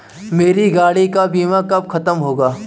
मेरे गाड़ी का बीमा कब खत्म होगा?